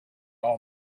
all